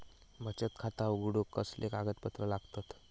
बचत खाता उघडूक कसले कागदपत्र लागतत?